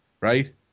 right